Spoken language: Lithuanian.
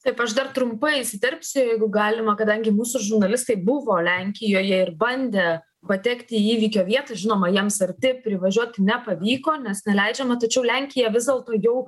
taip aš dar trumpai įsiterpsiu jeigu galima kadangi mūsų žurnalistai buvo lenkijoje ir bandė patekti į įvykio vietą žinoma jiems arti privažiuoti nepavyko nes neleidžiama tačiau lenkija vis dėlto jau